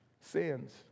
sins